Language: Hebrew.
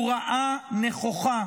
הוא ראה נכוחה